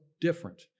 different